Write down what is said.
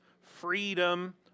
freedom